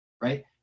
right